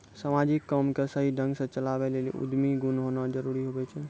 समाजिक काम के सही ढंग से चलावै लेली उद्यमी गुण होना जरूरी हुवै छै